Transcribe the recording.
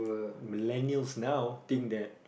millennials now think that